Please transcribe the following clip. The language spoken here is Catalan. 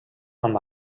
amb